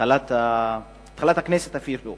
מתחילת הכנסת השמונה-עשרה,